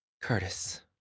Curtis